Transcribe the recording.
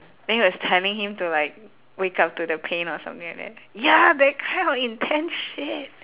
then he was telling him to like wake up to the pain or something like that ya that kind of intense shit